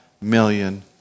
million